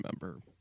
remember